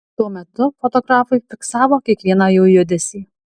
tuo metu fotografai fiksavo kiekvieną jų judesį